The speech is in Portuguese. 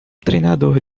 treinador